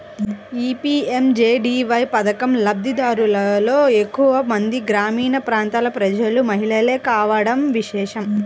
ఈ పీ.ఎం.జే.డీ.వై పథకం లబ్ది దారులలో ఎక్కువ మంది గ్రామీణ ప్రాంతాల ప్రజలు, మహిళలే కావడం విశేషం